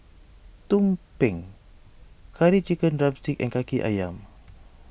Tumpeng Curry Chicken Drumstick and Kaki Ayam